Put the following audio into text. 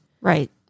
right